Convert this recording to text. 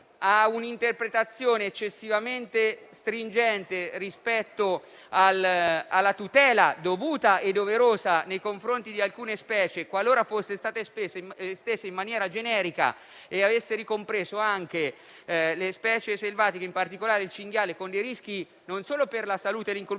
ad un'interpretazione eccessivamente stringente rispetto alla tutela dovuta e doverosa nei confronti di alcune specie, qualora fosse stata estesa in maniera generica e avesse ricompreso anche le specie selvatiche, in particolare il cinghiale, con dei rischi non solo per la salute e l'incolumità